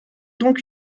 donc